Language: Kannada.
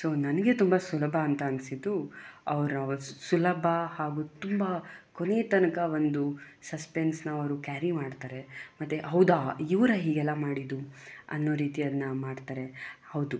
ಸೊ ನನಗೆ ತುಂಬ ಸುಲಭ ಅಂತ ಅನ್ನಿಸಿದ್ದು ಅವರ ಸುಲಭ ಹಾಗೂ ತುಂಬ ಕೊನೆಯ ತನಕ ಒಂದು ಸಸ್ಪೆನ್ಸ್ನ ಅವರು ಕ್ಯಾರಿ ಮಾಡ್ತಾರೆ ಮತ್ತು ಹೌದಾ ಇವರಾ ಹೀಗೆಲ್ಲ ಮಾಡಿದ್ದು ಅನ್ನೋ ರೀತಿ ಅದನ್ನ ಮಾಡ್ತಾರೆ ಹೌದು